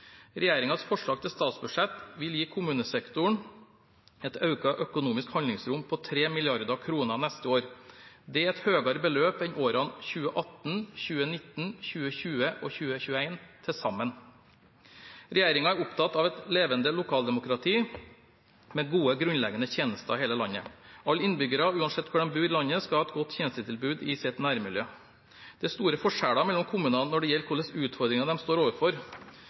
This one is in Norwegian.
forslag til statsbudsjett vil gi kommunesektoren et økt økonomisk handlingsrom på 3 mrd. kr neste år. Det er et høyere beløp enn årene 2018, 2019, 2020 og 2021 til sammen. Regjeringen er opptatt av et levende lokaldemokrati med gode grunnleggende tjenester i hele landet. Alle innbyggere, uansett hvor de bor i landet, skal ha et godt tjenestetilbud i sitt nærmiljø. Det er store forskjeller mellom kommunene når det gjelder hvilke utfordringer de står overfor.